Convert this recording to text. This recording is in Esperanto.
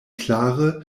klare